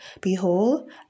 Behold